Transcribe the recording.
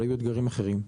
אבל היו אתגרים אחרים.